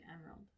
Emerald